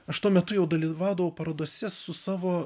aš tuo metu jau dalyvaudavau parodose su savo